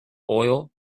oil